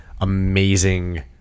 amazing